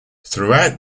throughout